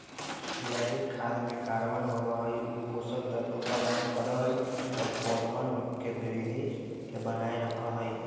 जैविक खाद में कार्बन होबा हई ऊ पोषक तत्व प्रदान करा हई और पौधवन के वृद्धि के बनाए रखा हई